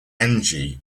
energy